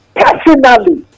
personally